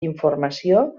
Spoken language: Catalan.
informació